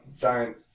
giant